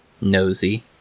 Nosy